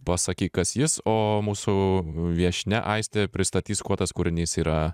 pasakyk kas jis o mūsų viešnia aistė pristatys kuo tas kūrinys yra